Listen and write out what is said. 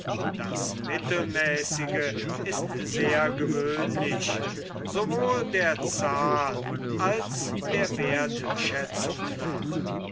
das mittelmäßige ist sehr gewöhnlich sowohl der zahl als der wertschätzung nach